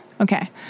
Okay